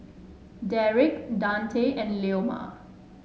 Derick Dante and Leoma